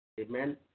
amen